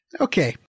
Okay